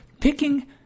picking